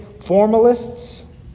formalists